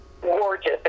gorgeous